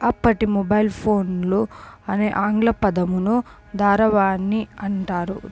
అప్పటి మొబైల్ ఫోన్లు అనే ఆంగ్ల పదమును ధారవాణి అంటారు